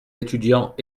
étudiants